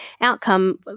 outcome